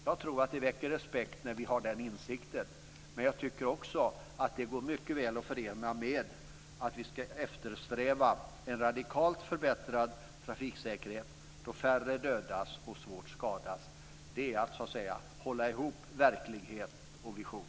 Jag tror att det väcker respekt när vi har den insikten, men jag tycker också att det går mycket väl att förena med att vi ska eftersträva en radikalt förbättrad trafiksäkerhet så att färre dödas och skadas svårt. Det är att hålla ihop verklighet och vision.